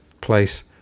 place